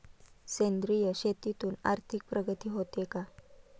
सेंद्रिय शेतीतून आर्थिक प्रगती होते का?